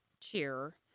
cheer